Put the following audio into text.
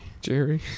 Jerry